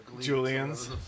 julians